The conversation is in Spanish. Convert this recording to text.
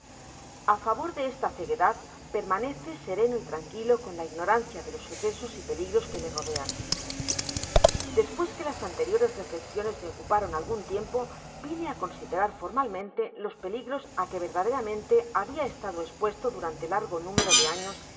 a favor de esta ceguedad permanece sereno y tranquilo con la ignorancia de los sucesos y peligros que le rodean content from google book search generated at despues que las anteriores reflexiones me ocuparon algun tiempo vine á considerar formalmente los peligros á que verdaderamente habia estado espuesto durante largo número de afios